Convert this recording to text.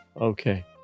Okay